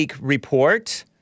Report